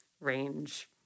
range